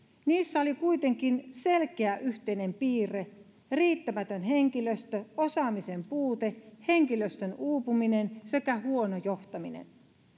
niissä oli kuitenkin selkeä yhteinen piirre riittämätön henkilöstö osaamisen puute henkilöstön uupuminen sekä huono johtaminen